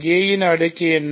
a ன் அடுக்கு என்ன